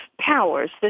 powers